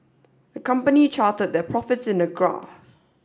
the company charted their profits in a graph